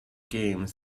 games